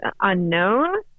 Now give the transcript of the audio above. unknown